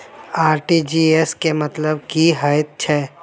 RTGS केँ मतलब की हएत छै?